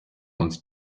munsi